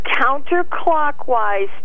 counterclockwise